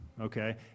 okay